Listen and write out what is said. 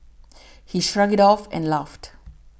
he shrugged it off and laughed